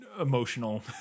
emotional